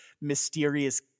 mysterious